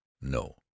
No